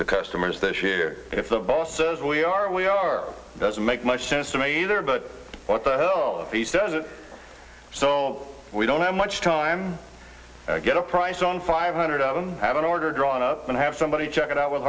to customers this year if the boss says we are we are doesn't make much sense to me either but what the hell he's done it so we don't have much time get a price on five hundred of them have an order drawn up and have somebody check it out with